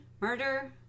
murder